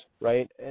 right